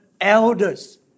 elders